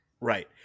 Right